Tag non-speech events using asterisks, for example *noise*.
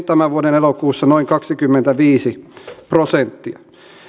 *unintelligible* tämän vuoden elokuussa noin kaksikymmentäviisi prosenttia